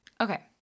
Okay